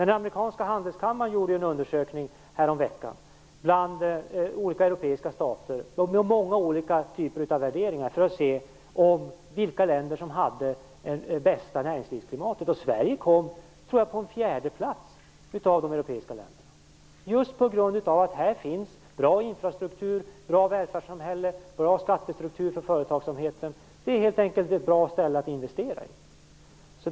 Den amerikanska handelskammaren gjorde en undersökning häromveckan bland olika europeiska stater för att se vilka länder som hade bästa näringslivsklimatet. Sverige kom på en fjärde plats av de europeiska länderna just på grund av att här finns bra infrastruktur, bra välfärdssamhälle, bra skattestruktur för företagsamheten. Det är helt enkelt ett bra ställe att investera i.